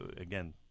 again